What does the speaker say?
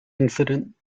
incident